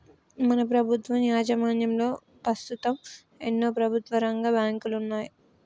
మన ప్రభుత్వం యాజమాన్యంలో పస్తుతం ఎన్నో ప్రభుత్వరంగ బాంకులున్నాయి